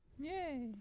Yay